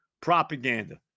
propaganda